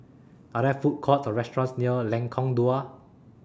Are There Food Courts Or restaurants near Lengkong Dua